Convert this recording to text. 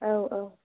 औ औ